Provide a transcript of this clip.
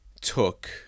took